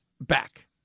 back